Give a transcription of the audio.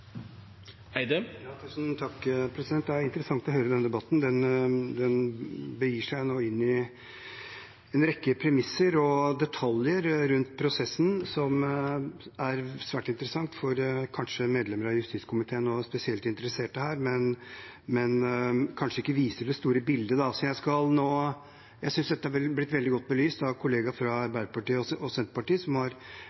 interessant å høre på denne debatten. Den begir seg nå inn i en rekke premisser og detaljer rundt prosessen, noe som kanskje er svært interessant for medlemmer av justiskomiteen og spesielt interesserte her, men som kanskje ikke viser det store bildet. Jeg synes dette har blitt veldig godt belyst av kollegaer fra